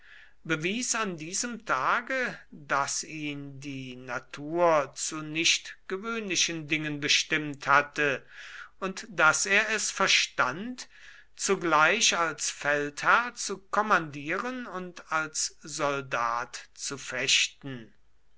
bewies an diesem tage daß ihn die natur zu nicht gewöhnlichen dingen bestimmt hatte und daß er es verstand zugleich als feldherr zu kommandieren und als soldat zu fechten